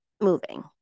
moving